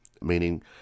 meaning